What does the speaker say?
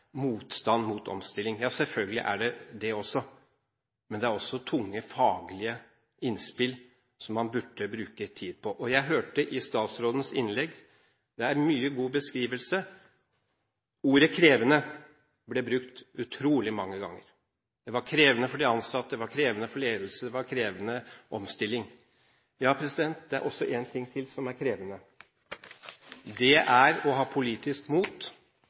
motstand mot omstilling. Ja, selvfølgelig er det også det, men det er også tunge, faglige innspill som man burde bruke tid på. Jeg hørte statsrådens innlegg: Det er mye god beskrivelse. Ordet «krevende» ble brukt utrolig mange ganger. Det var krevende for de ansatte, det var krevende for ledelsen, det var en krevende omstilling. Ja, det er også én ting til som er krevende, og det er å ha politisk mot